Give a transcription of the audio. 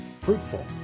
fruitful